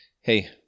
hey